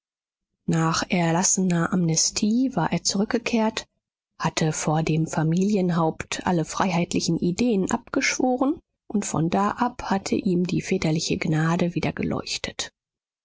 nach erlassener amnestie war er zurückgekehrt hatte vor dem familienhaupt alle freiheitlichen ideen abgeschworen und von da ab hatte ihm die väterliche gnade wieder geleuchtet